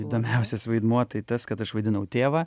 įdomiausias vaidmuo tai tas kad aš vaidinau tėvą